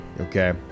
Okay